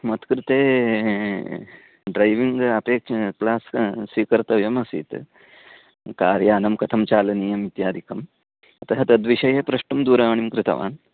मत्कृते ड्रैवविङ्ग् अपेक्ष्यते क्लास् स्वीकर्तव्यम् आसीत् कार् यानं कथं चालनीयम् इत्यादिकम् अतः तद्विषये प्रष्टुं दूरवाणीं कृतवान्